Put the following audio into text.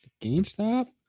GameStop